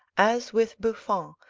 as with buffon,